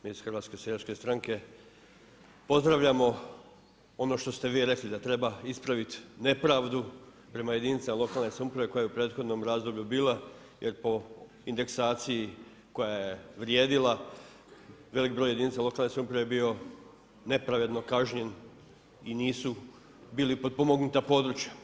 Mi iz HSS-a pozdravljamo ono što ste vi rekli, da treba ispraviti nepravdu prema jedinicama lokalne samouprave koja je u prethodnom razdoblju bila jer po indeksaciji koja je vrijedila, velik broj jedinica lokalne samouprave je bio nepravedno kažnjen i nisu bili potpomognuta područja.